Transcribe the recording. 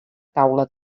taula